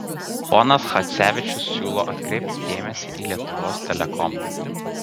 ponas chadzevičius siūlo atkreipti dėmesį į lietuvos telekomą